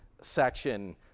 section